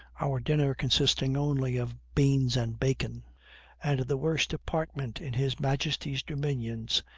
our dinner consisting only of beans and bacon and the worst apartment in his majesty's dominions,